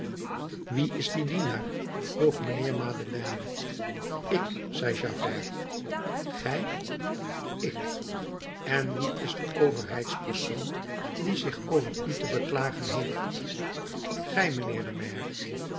wie is die dienaar vroeg mijnheer madeleine ik zei javert gij ik en wie is de overheidspersoon die zich over u te beklagen heeft gij mijnheer de maire